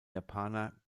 japaner